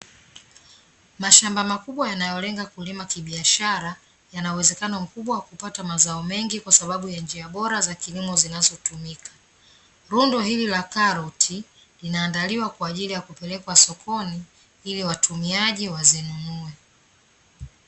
Mashamba makubwa yanayolenga kulima kibiashara, yana uwezekano mkubwa wa kupata mazao mengi kwa sababu ya njia bora za kilimo zinazotumika. Rundo hili la karoti, linaandaliwa kwa ajli ya kupelekwa sokoni ili watumiaji wazinunue.